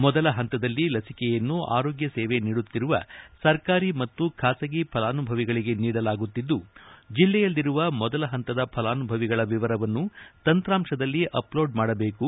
ಮೊದಲ ಹಂತದಲ್ಲಿ ಲಸಿಕೆಯನ್ನು ಆರೋಗ್ಯ ಸೇವೆ ನೀಡುತ್ತಿರುವ ಸರ್ಕಾರಿ ಮತ್ತು ಖಾಸಗಿ ಫಲಾನುಭವಿಗಳಿಗೆ ನೀಡಲಾಗುತ್ತಿದ್ದು ಜಿಲ್ಲೆಯಲ್ಲಿರುವ ಮೊದಲ ಹಂತದ ಫಲಾನುಭವಿಗಳ ವಿವರವನ್ನು ತಂತ್ರಾಂಶದಲ್ಲಿ ಅಪಲೋಡ್ ಮಾಡಬೇಕು